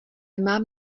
mám